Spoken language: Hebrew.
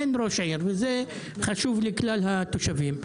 זה חשוב לכלל התושבים.